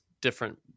different